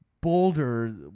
boulder